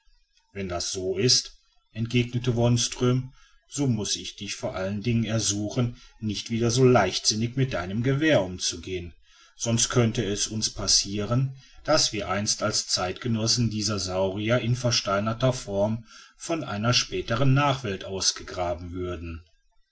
wenn das so ist entgegnete wonström so muß ich dich vor allen dingen ersuchen nicht wieder so leichtsinnig mit deinem gewehr umzugehen sonst könnte es uns passieren daß wir einst als zeitgenossen dieser saurier in versteinerter form von einer späteren nachwelt ausgegraben würden